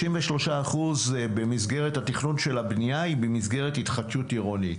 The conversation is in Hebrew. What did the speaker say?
33% במסגרת התכנון של הבנייה זה במסגרת התחדשות עירונית.